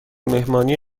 مهمانی